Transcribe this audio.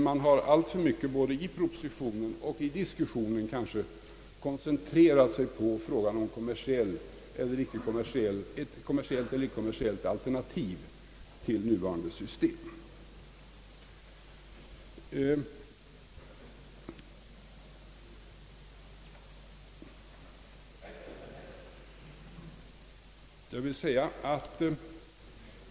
Man har alltför mycket både i propositionen och i diskussionen kanske koncentrerat sig på frågan om ett kommersiellt alternativ till nuvarande system.